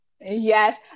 Yes